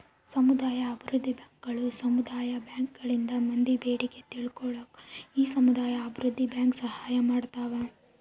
ಸಮುದಾಯ ಅಭಿವೃದ್ಧಿ ಬ್ಯಾಂಕುಗಳು ಸಮುದಾಯ ಬ್ಯಾಂಕ್ ಗಳಿಂದ ಮಂದಿ ಬೇಡಿಕೆ ತಿಳ್ಕೊಂಡು ಈ ಸಮುದಾಯ ಅಭಿವೃದ್ಧಿ ಬ್ಯಾಂಕ್ ಸಹಾಯ ಮಾಡ್ತಾವ